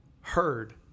heard